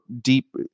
deep